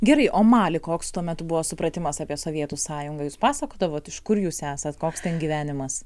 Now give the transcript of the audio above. gerai o maly koks tuo metu buvo supratimas apie sovietų sąjungą jūs pasakodavot iš kur jūs esat koks ten gyvenimas